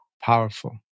Powerful